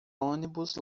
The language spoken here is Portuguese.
ônibus